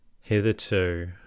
Hitherto